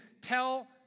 tell